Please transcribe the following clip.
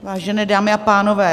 Vážené dámy a pánové.